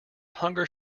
hunger